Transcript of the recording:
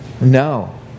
No